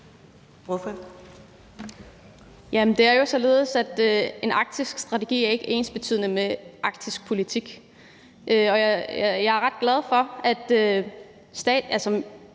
Det er jo således, at en arktisk strategi ikke er ensbetydende med arktisk politik. Og jeg er ret glad for, at